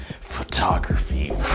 photography